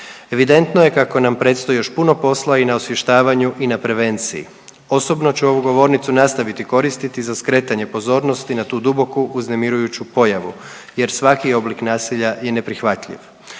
Evidentno je kako nam predstoji još puno posla i na osvještavanju i na prevenciji. Osobno ću ovu govornicu nastaviti koristiti za skretanje pozornosti na tu duboku uznemirujuću pojavu jer svaki oblik nasilja je neprihvatljiv